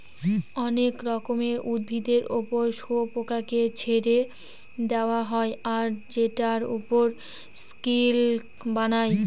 অনেক রকমের উদ্ভিদের ওপর শুয়োপোকাকে ছেড়ে দেওয়া হয় আর সেটার ওপর সিল্ক বানায়